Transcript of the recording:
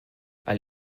all